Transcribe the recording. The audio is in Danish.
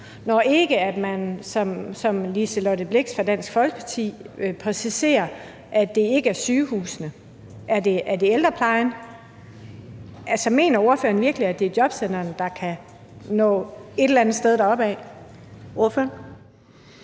Folkeparti præciserer, at det ikke er sygehusene, er det så i ældreplejen? Altså, mener ordføreren virkelig, at det er jobcentrene, der kan nå et eller andet sted deropad?